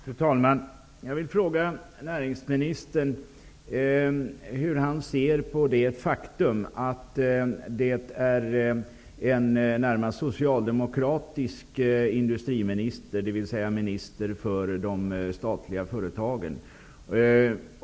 Fru talman! Jag vill fråga näringsministern hur han ser på det faktum att man i Österrike har en socialdemokratisk minister för de statliga företagen.